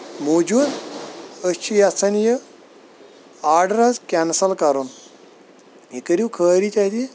موٗجوٗد أسۍ چھِ یَژھان یہِ آرڈر حظ کینسل کَرُن یہِ کٔرِو کٲرِج اَتہِ